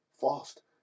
fast